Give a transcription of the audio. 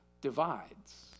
divides